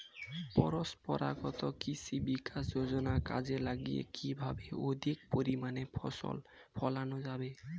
পরম্পরাগত কৃষি বিকাশ যোজনা কাজে লাগিয়ে কিভাবে অধিক পরিমাণে ফসল ফলানো যাবে?